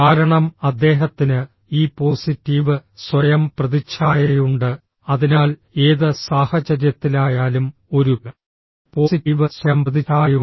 കാരണം അദ്ദേഹത്തിന് ഈ പോസിറ്റീവ് സ്വയം പ്രതിച്ഛായയുണ്ട് അതിനാൽ ഏത് സാഹചര്യത്തിലായാലും ഒരു പോസിറ്റീവ് സ്വയം പ്രതിച്ഛായയുണ്ട്